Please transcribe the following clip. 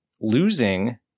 losing –